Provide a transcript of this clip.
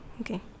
Okay